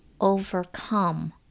overcome